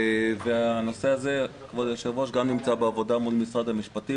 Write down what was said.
הנושא הזה גם נמצא בעבודה מול משרד המשפטים.